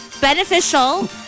beneficial